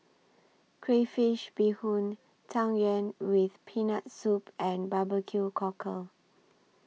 Crayfish Beehoon Tang Yuen with Peanut Soup and Barbecue Cockle